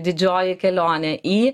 didžioji kelionė į